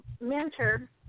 mentor